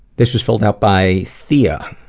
this is filled out by thea